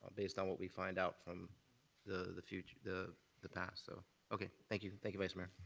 based on what we find out from the the future the the past. so okay, thank you, thank you, vice mayor.